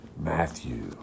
Matthew